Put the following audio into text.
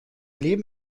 leben